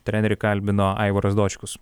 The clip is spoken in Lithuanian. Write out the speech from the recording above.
trenerį kalbino aivaras dočkus